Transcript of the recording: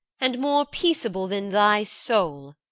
and more peaceable than thy soul,